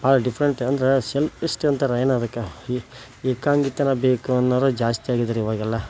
ಭಾಳ ಡಿಫ್ರೆಂಟ್ ಅಂದರೆ ಸೆಲ್ಫಿಶ್ಟ್ ಅಂತಾರೆ ಏನೋ ಅದಕ್ಕೆ ಏಕಾಂಗಿತನ ಬೇಕು ಅನ್ನೋರೇ ಜಾಸ್ತಿ ಆಗಿದಾರೆ ಇವಾಗೆಲ್ಲ